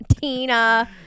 Tina